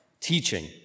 teaching